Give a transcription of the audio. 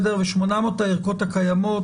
800 הערכות הקיימות,